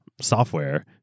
software